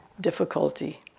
difficulty